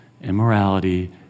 immorality